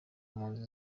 mpunzi